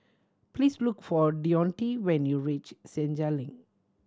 please look for Deonte when you reach Senja Link